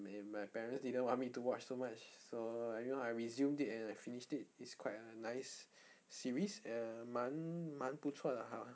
my my parents didn't want me to watch so much so uh you know I resumed it and I finished it it's quite a nice series err 蛮蛮不错的 lah hor